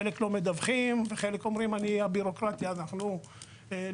חלק לא מדווחים וחלק אומרים על עניין הבירוקרטיה ושהם לא מקבלים.